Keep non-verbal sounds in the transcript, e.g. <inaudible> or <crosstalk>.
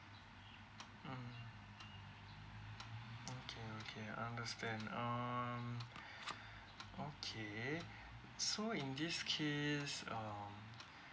mm okay okay understand um <breath> okay so in this case um